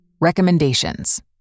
Recommendations